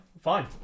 Fine